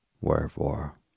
Wherefore